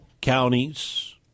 counties